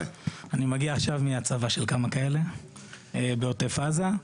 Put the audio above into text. אני מגיע עכשיו מהצבה של כמה כאלה בעוטף עזה.